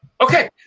Okay